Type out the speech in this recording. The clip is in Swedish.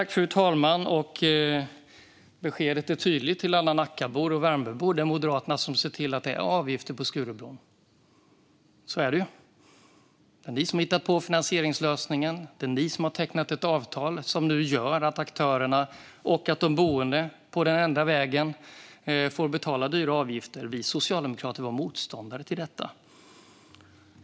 Fru talman! Beskedet är tydligt till alla Nackabor och Värmdöbor. Det är Moderaterna som sett till att det är avgifter på Skurubron. Så är det. Det är ni som har hittat på finansieringslösningen. Det är ni som har tecknat ett avtal som nu gör att aktörerna och de boende får betala dyra avgifter på den enda vägen. Vi socialdemokrater var motståndare till detta.